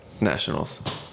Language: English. Nationals